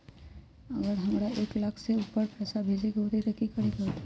अगर हमरा एक लाख से ऊपर पैसा भेजे के होतई त की करेके होतय?